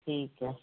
ਠੀਕ ਹੈ